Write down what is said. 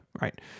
right